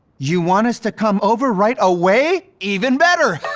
you want us to come over right away? even better!